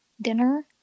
dinner